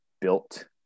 built